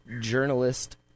journalist